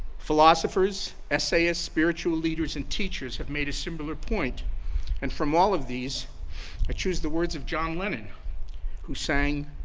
philosophers, essayists, spiritual leaders, and teachers have made a similar point and from all of these i choose the words of john lennon who sang,